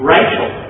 Rachel